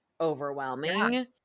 overwhelming